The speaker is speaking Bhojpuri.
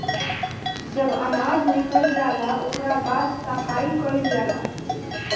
जब अनाज निकल जाला ओकरा बाद साफ़ कईल जाला